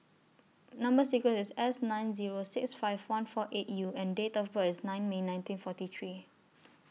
Number sequence IS S nine Zero six five one four eight U and Date of birth IS nine May nineteen forty three